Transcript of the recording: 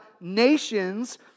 nations